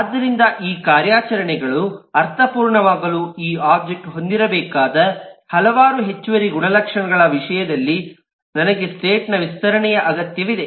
ಆದ್ದರಿಂದ ಈ ಕಾರ್ಯಾಚರಣೆಗಳು ಅರ್ಥಪೂರ್ಣವಾಗಲು ಈ ಒಬ್ಜೆಕ್ಟ್ ಹೊಂದಿರಬೇಕಾದ ಹಲವಾರು ಹೆಚ್ಚುವರಿ ಗುಣಲಕ್ಷಣಗಳ ವಿಷಯದಲ್ಲಿ ನನಗೆ ಸ್ಟೇಟ್ ನ ವಿಸ್ತರಣೆಯ ಅಗತ್ಯವಿದೆ